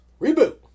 Reboot